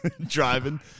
driving